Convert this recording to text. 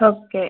okay